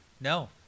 No